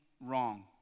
wrong